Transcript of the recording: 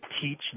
teach